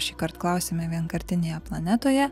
šįkart klausėme vienkartinėje planetoje